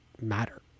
matter